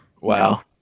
Wow